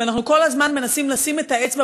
ואנחנו כל הזמן מנסים לשים את האצבע